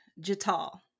Jital